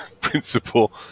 principle